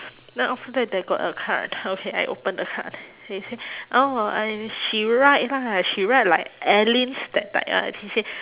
then after that there got a card okay I open the card they say oh I she write lah she write like alyn's that type lah she say